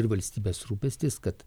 ir valstybės rūpestis kad